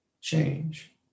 change